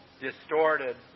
distorted